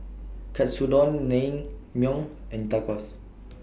Katsudon Naengmyeon and Tacos